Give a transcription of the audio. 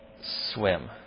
Swim